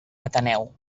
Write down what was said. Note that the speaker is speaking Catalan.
ateneu